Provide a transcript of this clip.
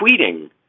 tweeting